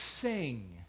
sing